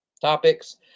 topics